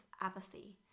apathy